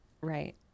Right